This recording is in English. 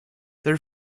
their